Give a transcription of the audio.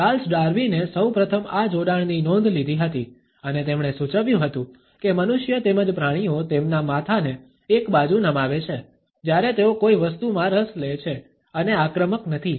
Charles ડાર્વિનએ સૌપ્રથમ આ જોડાણની નોંધ લીધી હતી અને તેમણે સૂચવ્યું હતું કે મનુષ્ય તેમજ પ્રાણીઓ તેમના માથાને એક બાજુ નમાવે છે જ્યારે તેઓ કોઈ વસ્તુમાં રસ લે છે અને આક્રમક નથી